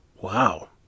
Wow